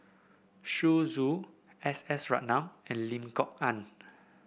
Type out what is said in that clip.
Zhu Xu S S Ratnam and Lim Kok Ann